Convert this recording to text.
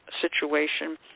situation